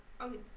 Okay